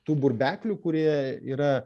tų burbeklių kurie yra